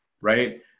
right